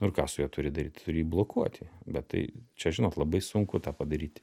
nu ir ką su juo turi daryt turi jį blokuoti bet tai čia žinot labai sunku tą padaryti